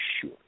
sure